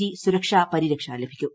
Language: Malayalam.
ജി സുരക്ഷാ പരിരക്ഷ ലഭിക്കൂ